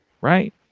right